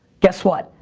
guess what?